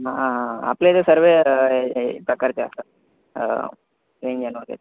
हां हां आपल्या इथे सर्वे प्रकारच्या असतात वेंज या नॉनवेज